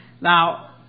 Now